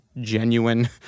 genuine